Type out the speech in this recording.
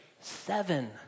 Seven